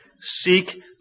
seek